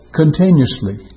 continuously